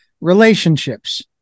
relationships